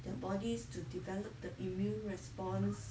the bodies to develop the immune response